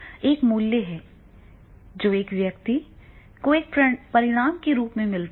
एक मूल्य है जो एक व्यक्ति को एक परिणाम के रूप में मिलता है